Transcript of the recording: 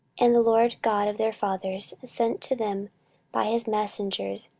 and the lord god of their fathers sent to them by his messengers,